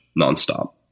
nonstop